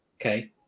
okay